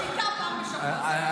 רק על חביתה פעם בשבוע.